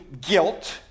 guilt